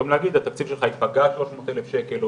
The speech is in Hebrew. במקום להגיד התקציב שלך ייפגע בשלוש מאות אלף שקל,